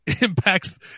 impacts